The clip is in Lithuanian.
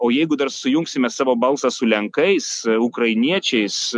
o jeigu dar sujungsime savo balsą su lenkais ukrainiečiais